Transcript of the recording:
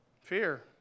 Fear